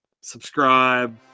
subscribe